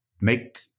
make